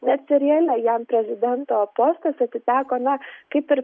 net seriale jam prezidento postas atiteko na kaip ir